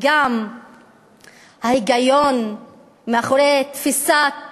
גם ההיגיון שמאחורי תפיסת